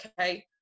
okay